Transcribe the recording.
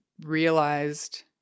realized